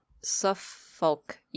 Suffolk